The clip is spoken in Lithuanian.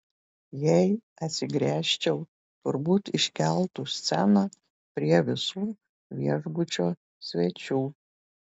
jei atsigręžčiau turbūt iškeltų sceną prie visų viešbučio svečių